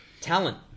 talent